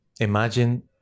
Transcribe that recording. Imagine